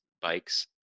bikes